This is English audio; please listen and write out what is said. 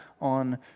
on